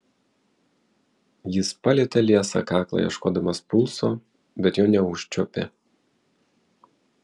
jis palietė liesą kaklą ieškodamas pulso bet jo neužčiuopė